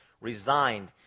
resigned